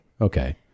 Okay